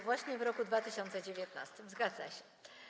Właśnie w roku 2019, zgadza się.